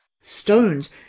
stones